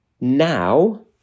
Now